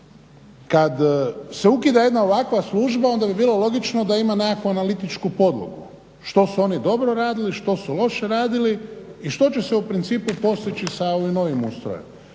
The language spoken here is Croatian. Kad se ukida jedna ovakva služba onda bi bilo logično da ima nekakvu analitičku podlogu što su oni dobro radili, što su loše radili i što će se u principu postići sa ovim novim ustrojem.